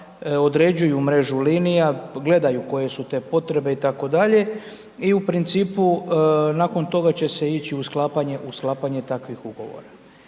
određuju mrežu linija, gledaju koje su te potrebe itd. i u principu nakon toga će se ići u sklapanje takvih ugovora.